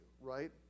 right